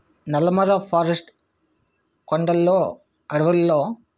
Nallamala forest కొండల్లో అడవుల్లో